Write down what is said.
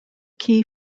key